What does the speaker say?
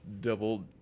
double